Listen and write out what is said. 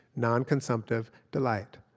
nonconsumptive delight.